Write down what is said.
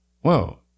Whoa